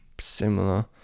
similar